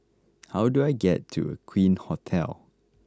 how do I get to Aqueen Hotel